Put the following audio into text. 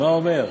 מה הוא אומר?